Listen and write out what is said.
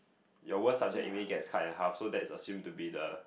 your worst subject even get hard and hard so that is assume to be the